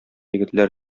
егетләр